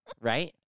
right